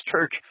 church